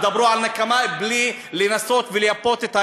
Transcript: אז דברו על נקמה בלי לנסות ולייפות את העניינים.